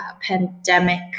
pandemic